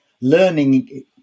learning